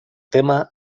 tema